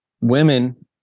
women